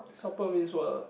supple means what ah